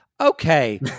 Okay